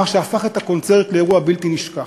מה שהפך את הקונצרט לאירוע בלתי נשכח.